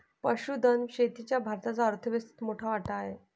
पशुधन शेतीचा भारताच्या अर्थव्यवस्थेत मोठा वाटा आहे